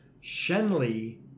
Shenley